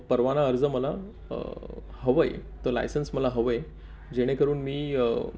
परवाना अर्ज मला हवं आहे तर लायसन्स मला हवं आहे जेणेकरून मी